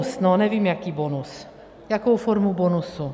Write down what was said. No, nevím jaký bonus, jakou formu bonusu.